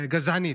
גזענית.